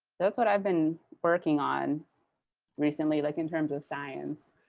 that's what i've been working on recently like in terms of science.